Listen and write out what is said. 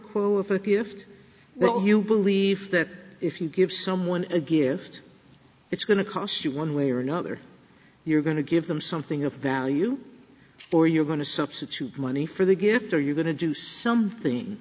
be if you believe that if you give someone a gift it's going to cost you one way or another you're going to give them something of value or you're going to substitute money for the gift or you're going to do something